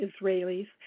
Israelis